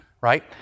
right